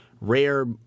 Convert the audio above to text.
rare